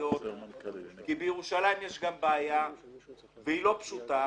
האישיות כי בירושלים יש בעיה לא פשוטה.